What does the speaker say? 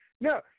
No